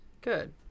Good